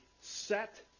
set